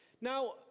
Now